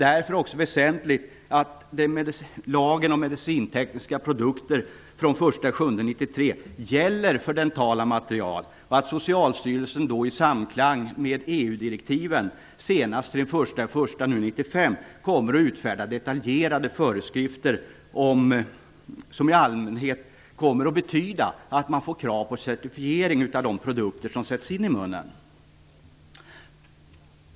Därför är det väsentligt att lagen om medicintekniska produkter från den 1 juli 1993 gäller för dentala material och att Socialstyrelsen i samklang med EU-direktiven senast den 1 januari 1995 utfärdar detaljerade föreskrifter som i allmänhet kommer att betyda att det blir krav på certifiering av de produkter som sätts in i munnen.